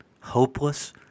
hopeless